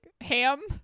Ham